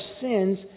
sins